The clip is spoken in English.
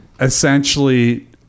essentially